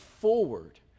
forward